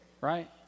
Right